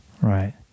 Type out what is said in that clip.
Right